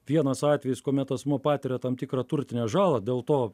vienas atvejis kuomet asmuo patiria tam tikrą turtinę žalą dėl to